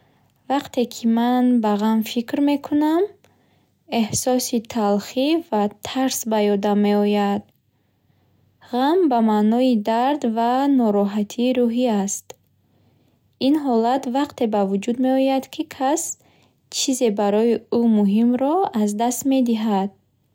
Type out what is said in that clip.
Вақте ки ман ба ғам фикр мекунам, эҳсоси талхӣ ва тарс ба ёдам меояд. Ғам ба маънои дард ва нороҳатии рӯҳӣ аст. Ин ҳолат вақте ба вуҷуд меояд, ки кас чизе барои ӯ муҳимро аз даст медиҳад.